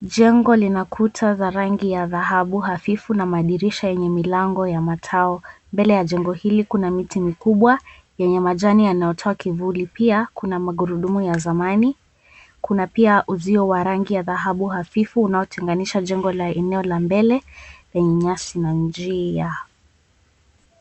Jengo lina kuta za rangi ya dhahabu hafifu na madirisha yenye milango ya matao. Mbele ya jengo hili kuna miti mikubwa yenye majani yanayotoa kivuli. Pia kuna magurudumu ya zamani kuna pia uzio wa rangi ya dhahabu hafifu unaotenganisha jengo la eneo ya mbele yenye nyasi na njia.